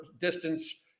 distance